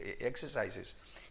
exercises